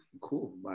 Cool